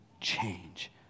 change